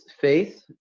faith